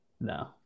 No